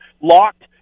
locked